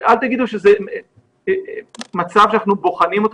אל תגידו שזה מצב שאנחנו בוחנים אותו.